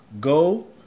go